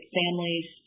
families